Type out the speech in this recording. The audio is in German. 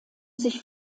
sich